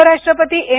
उपराष्ट्रपती एम